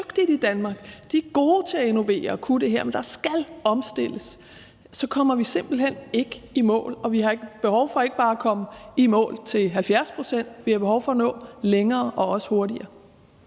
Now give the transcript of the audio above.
de er gode til at innovere og kunne det her, men der skal omstilles – så kommer vi simpelt hen ikke i mål. Og vi har behov for ikke bare at komme i mål med 70 pct.; vi har behov for at nå længere – og også hurtigere.